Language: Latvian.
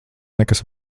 nekas